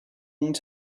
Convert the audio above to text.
last